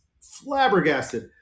flabbergasted